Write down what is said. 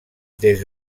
des